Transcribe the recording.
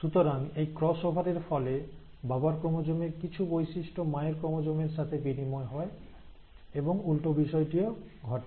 সুতরাং এই ক্রসওভার এর ফলে বাবার ক্রোমোজোমের কিছু বৈশিষ্ট্য মায়ের ক্রোমোজোমের সাথে বিনিময় হয় এবং উল্টো বিষয়টিও ঘটে